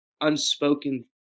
unspoken